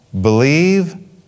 believe